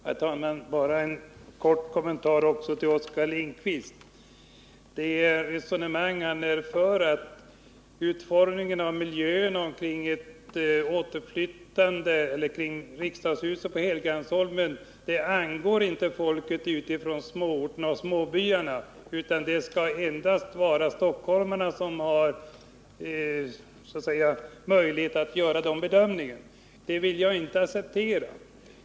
Herr talman! Bara en kort kommentar också till Oskar Lindkvists anförande. Oskar Lindkvist för ett resonemang om att utformningen av miljön kring riksdagshuset på Helgeandsholmen inte angår folk ifrån småorterna och småbyarna utan att det endast är stockholmarna som har möjlighet att göra en bedömning av den frågan. Det vill jag inte acceptera.